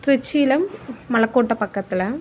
திருச்சியில் மலைக்கோட்டை பக்கத்தில்